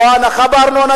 לא הנחה בארנונה,